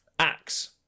Axe